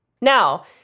Now